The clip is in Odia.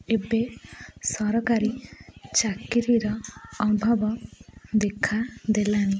ଏବେ ସରକାରୀ ଚାକିରୀର ଅଭାବ ଦେଖା ଦେଲାନି